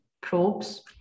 probes